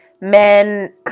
men